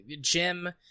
Jim